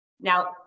Now